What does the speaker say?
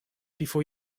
before